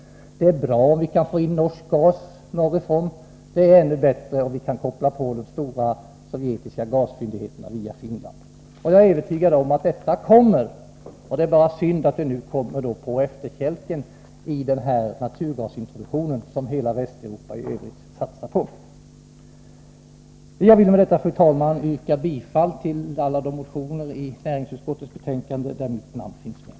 Det är bra om vi kan få in norsk gas norrifrån, och det är ännu bättre om vi via Finland kan koppla in oss på de stora sovjetiska gasfyndigheterna. Jag är övertygad om att detta kommer. Det är bara synd att vi nu kommer på efterkälken i den naturgasintroduktion som hela Västeuropa i övrigt satsar på. Jag vill med detta, fru talman, yrka bifall till alla de reservationer i näringsutskottets betänkande där mitt namn förekommer.